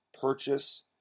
purchase